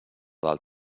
del